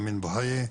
אמין אבו חייה,